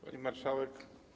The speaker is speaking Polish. Pani Marszałek!